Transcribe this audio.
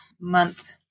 month